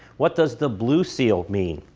what does the blue seal mean?